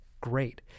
great